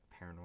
paranormal